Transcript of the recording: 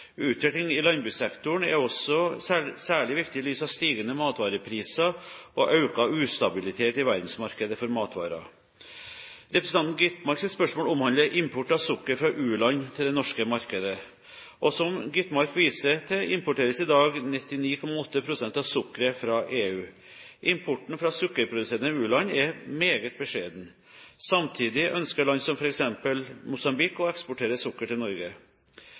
i landbrukssektoren er også særlig viktig i lys av stigende matvarepriser og økt ustabilitet i verdensmarkedet for matvarer. Representanten Gitmarks spørsmål omhandler import av sukker fra u-land til det norske markedet. Som Gitmark viser til, importeres i dag 99,8 pst. av sukkeret fra EU. Importen fra sukkerproduserende u-land er meget beskjeden. Samtidig ønsker land som f.eks. Mosambik å eksportere sukker til Norge.